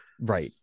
Right